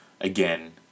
again